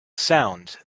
sound